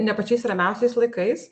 ne pačiais ramiausiais laikais